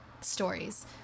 stories